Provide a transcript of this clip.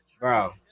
bro